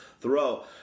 throw